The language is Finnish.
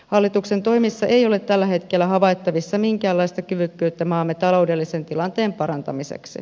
hallituksen toimissa ei ole tällä hetkellä havaittavissa minkäänlaista kyvykkyyttä maamme taloudellisen tilanteen parantamiseksi